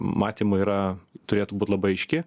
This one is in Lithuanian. matymu yra turėtų būt labai aiški